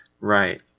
Right